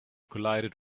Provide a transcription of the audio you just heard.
collided